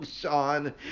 Sean